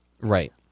Right